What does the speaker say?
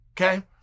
Okay